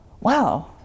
Wow